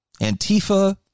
Antifa